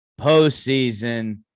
postseason